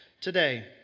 today